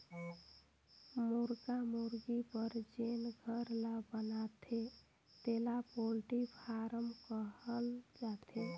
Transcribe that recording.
मुरगा मुरगी बर जेन घर ल बनाथे तेला पोल्टी फारम कहल जाथे